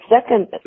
second